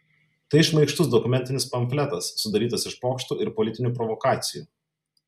tai šmaikštus dokumentinis pamfletas sudarytas iš pokštų ir politinių provokacijų